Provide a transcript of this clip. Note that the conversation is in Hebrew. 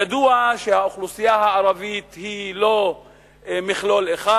ידוע שהאוכלוסייה הערבית היא לא מכלול אחד,